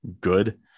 good